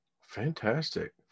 Fantastic